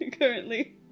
currently